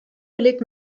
belegt